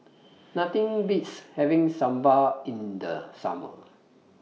Nothing Beats having Sambar in The Summer